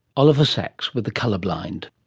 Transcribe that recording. oliver sacks, with the colourblind.